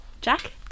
Jack